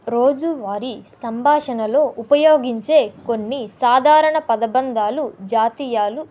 రోజు వారి సంభాషణలో ఉపయోగించే కొన్ని సాధారణ పదబంధాలు జాతీయాలు